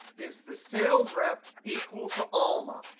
is the sales rep equal to alma?